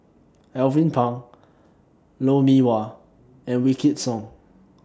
Alvin Pang Lou Mee Wah and Wykidd Song